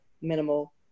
minimal